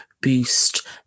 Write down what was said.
boost